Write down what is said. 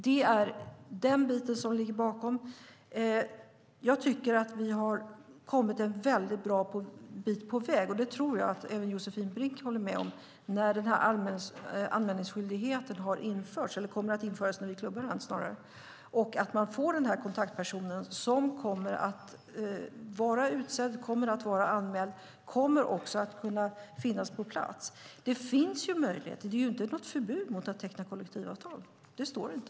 Det är den biten som ligger bakom. Jag tycker att vi har kommit en bra bit på väg, och det tror jag att Josefin Brink håller med om, när vi klubbar beslutet om anmälningsskyldighet och en kontaktperson är utsedd och anmäld och då också kommer att kunna finnas på plats. Det finns ju möjligheter - det är inte något förbud mot att teckna kollektivavtal. Det står inte.